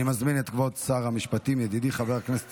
אני מזמין את כבוד שר המשפטים ידידי חבר הכנסת